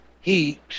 heat